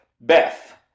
Beth